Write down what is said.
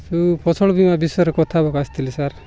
ସେ ଫସଲ ବୀମା ବିଷୟରେ କଥା ହେବାକୁ ଆସିଥିଲି ସାର୍